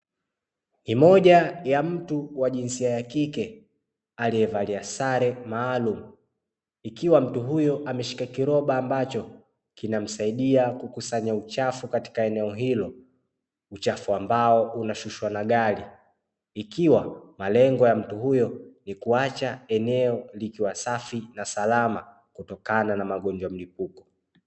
Ni moja ya mtu wa jinsia ya kike alievalia sare maalumu ikiwa mtu huyo ameshika kiroba ambacho kinamsaidia kukusanya uchafu katika eneo hilo, uchafu ambao unashushwa na gari ikiwa malengo ya mtu huyo ni kuacha eneo likiwa safi na salama kutokana na magonjwa mlipuko.